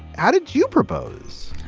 how did you propose?